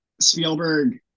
Spielberg